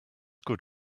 good